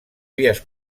vies